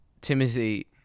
Timothy